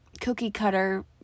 cookie-cutter